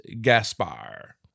Gaspar